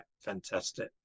fantastic